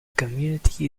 community